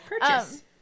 purchase